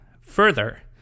Further